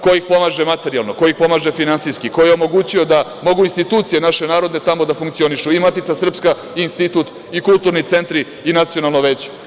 Ko ih pomaže materijalno, ko ih pomaže finansijski, ko je omogućio da mogu institucije naše narodne tamo da funkcionišu i Matica srpska i institut i kulturni centri i nacionalno veće?